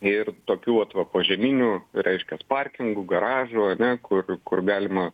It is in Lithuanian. ir tokių atva požeminių reiškias parkingų garažų ar ne kur kur galima